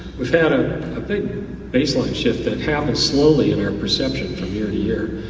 we've had a baseline shift that happened slowly in our perception from year to year.